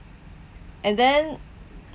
and then